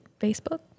Facebook